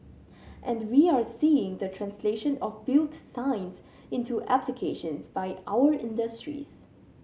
and we are seeing the translation of built science into applications by our industries